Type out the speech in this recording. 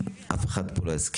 אף אחד פה לא יסכים.